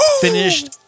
finished